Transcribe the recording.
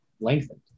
lengthened